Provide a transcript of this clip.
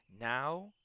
Now